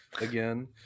again